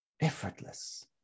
Effortless